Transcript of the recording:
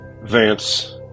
Vance